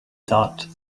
thought